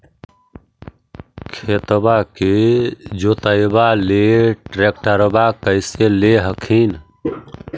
खेतबा के जोतयबा ले ट्रैक्टरबा कैसे ले हखिन?